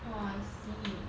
oh I see